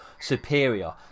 superior